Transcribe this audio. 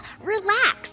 Relax